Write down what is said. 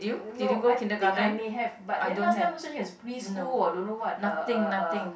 no I think I may have but then there's no such thing as preschool or don't know what uh uh uh